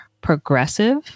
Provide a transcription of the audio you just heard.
progressive